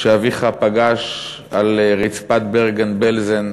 שאביך פגש על רצפת ברגן-בלזן,